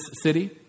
city